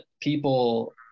people